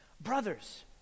brothers